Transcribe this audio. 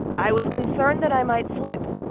i was concerned that i might slip,